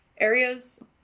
areas